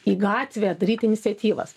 į gatvę daryti iniciatyvas